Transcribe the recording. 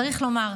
צריך לומר,